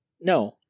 No